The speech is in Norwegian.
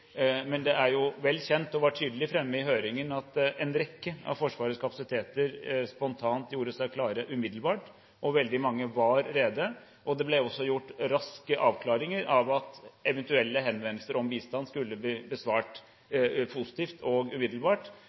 Men det er vel kjent, og det var tydelig fremme i høringen, at en rekke av Forsvarets kapasiteter spontant gjorde seg klare umiddelbart, og veldig mange var rede. Det ble også gjort raske avklaringer av at eventuelle henvendelser om bistand skulle bli besvart positivt og umiddelbart.